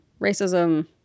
racism